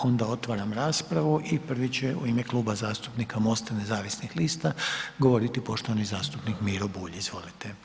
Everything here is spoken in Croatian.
Onda otvaram raspravu i prvi će u ime Kluba zastupnika Mosta nezavisnih lista govoriti poštovani zastupnik Miro Bulj, izvolite.